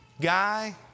guy